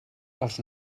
els